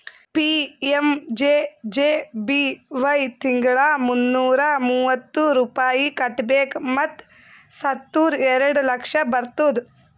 PMJJBY ತಿಂಗಳಾ ಮುನ್ನೂರಾ ಮೂವತ್ತು ರೂಪಾಯಿ ಕಟ್ಬೇಕ್ ಮತ್ ಸತ್ತುರ್ ಎರಡ ಲಕ್ಷ ಬರ್ತುದ್